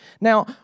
Now